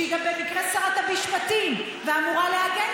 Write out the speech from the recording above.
שהיא במקרה גם שרת המשפטים ואמורה להגן